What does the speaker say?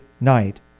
night